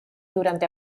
durante